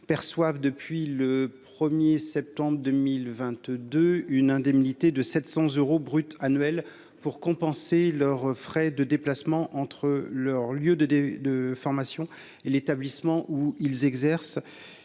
perçoivent depuis le 1er septembre 2022, une indemnité de 700 euros brut annuels pour compenser leurs frais de déplacement entre leur lieu de des, de formation et l'établissement où ils exercent